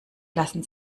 lassen